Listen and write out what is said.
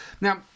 Now